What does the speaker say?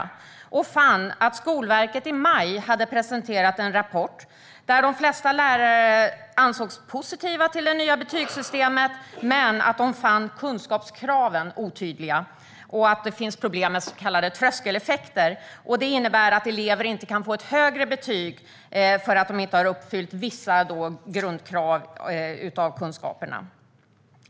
Hon fann att Skolverket i maj hade presenterat en rapport där de flesta lärare var positiva till det nya betygssystemet men fann kunskapskraven otydliga. Det finns problem med så kallade tröskeleffekter. Det innebär att elever inte kan få ett högre betyg, för de har inte uppfyllt vissa grundkrav i fråga om kunskap.